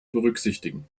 berücksichtigen